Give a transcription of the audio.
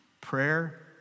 Prayer